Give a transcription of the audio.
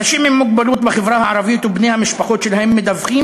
אנשים עם מוגבלות בחברה הערבית ובני המשפחות שלהם מדווחים